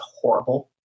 horrible